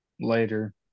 later